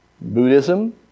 Buddhism